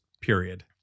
period